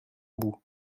bout